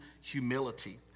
humility